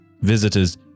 visitors